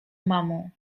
mamą